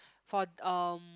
for um